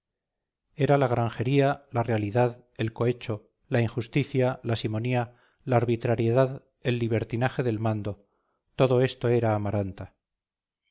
era la granjería la realidad el cohecho la injusticia la simonía la arbitrariedad el libertinaje del mando todo esto era amaranta